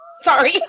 sorry